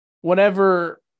Whenever